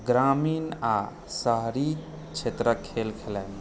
ग्रामीण आ शहरी क्षेत्रक खेल खेलाइमे